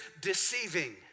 deceiving